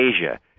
Asia